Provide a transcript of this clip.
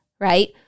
Right